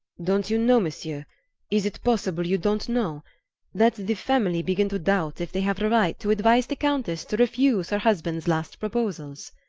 don't you know, monsieur is it possible you don't know that the family begin to doubt if they have the right to advise the countess to refuse her husband's last proposals?